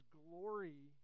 glory